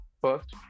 first